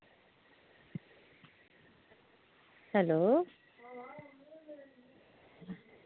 hello